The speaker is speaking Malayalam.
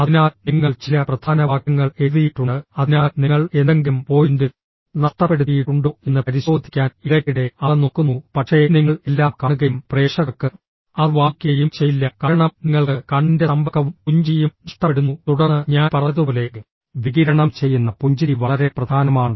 അതിനാൽ നിങ്ങൾ ചില പ്രധാന വാക്യങ്ങൾ എഴുതിയിട്ടുണ്ട് അതിനാൽ നിങ്ങൾ എന്തെങ്കിലും പോയിന്റ് നഷ്ടപ്പെടുത്തിയിട്ടുണ്ടോ എന്ന് പരിശോധിക്കാൻ ഇടയ്ക്കിടെ അവ നോക്കുന്നു പക്ഷേ നിങ്ങൾ എല്ലാം കാണുകയും പ്രേക്ഷകർക്ക് അത് വായിക്കുകയും ചെയ്യില്ല കാരണം നിങ്ങൾക്ക് കണ്ണിന്റെ സമ്പർക്കവും പുഞ്ചിരിയും നഷ്ടപ്പെടുന്നു തുടർന്ന് ഞാൻ പറഞ്ഞതുപോലെ വികിരണം ചെയ്യുന്ന പുഞ്ചിരി വളരെ പ്രധാനമാണ്